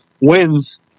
wins